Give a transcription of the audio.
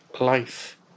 life